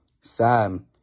Sam